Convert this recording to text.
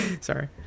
sorry